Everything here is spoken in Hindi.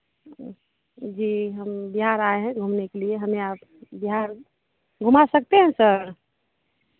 जी हम बिहार आए हैं घूमने के लिए हमें आप बिहार घुमा सकते हैं सर